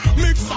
mix